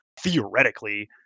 theoretically